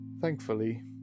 thankfully